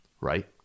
right